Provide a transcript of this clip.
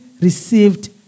received